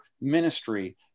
ministry